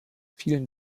vielen